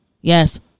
Yes